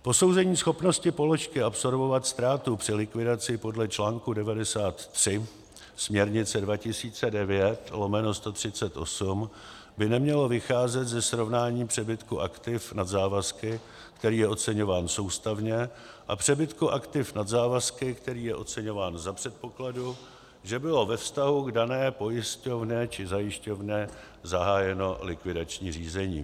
Posouzení schopnosti položky absorbovat ztrátu při likvidaci podle článku 93 směrnice 2009/138 by nemělo vycházet ze srovnání přebytku aktiv nad závazky, který je oceňován soustavně, a přebytku aktiv nad závazky, který je oceňován za předpokladu, že bylo ve vztahu k dané pojišťovně či zajišťovně zahájeno likvidační řízení.